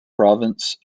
province